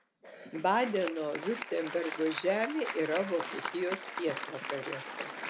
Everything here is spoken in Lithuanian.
badeno viurtembergo žemė yra vokietijos pietvakariuose